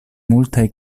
multaj